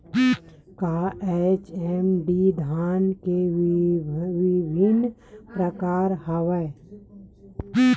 का एच.एम.टी धान के विभिन्र प्रकार हवय?